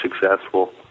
successful